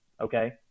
okay